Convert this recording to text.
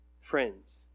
friends